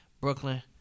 Brooklyn